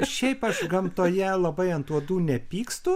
šiaip aš gamtoje labai ant uodų nepykstu